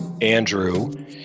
Andrew